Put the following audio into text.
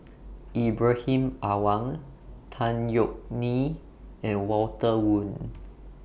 Ibrahim Awang Tan Yeok Nee and Walter Woon